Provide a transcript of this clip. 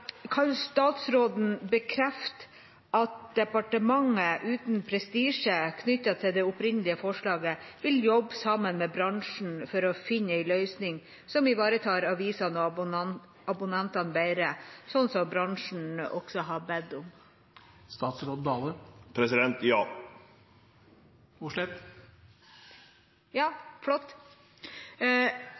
Kan statsråden bekrefte at departementet, uten prestisje knyttet til det opprinnelige forslaget, vil jobbe sammen med bransjen for å finne en løsning som ivaretar avisabonnentene bedre, slik som bransjen også har bedt om? Ja! Flott!